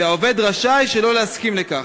והעובד רשאי שלא להסכים לכך.